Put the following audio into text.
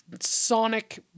sonic